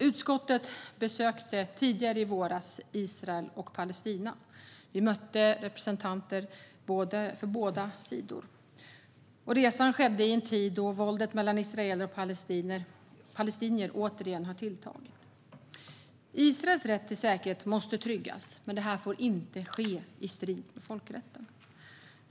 Utskottet besökte tidigare i våras Israel och Palestina. Vi mötte representanter för båda sidor. Resan skedde i en tid då våldet mellan israeler och palestinier återigen hade tilltagit. Israels rätt till säkerhet måste tryggas, men det får inte ske i strid mot folkrätten.